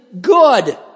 good